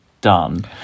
done